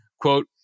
quote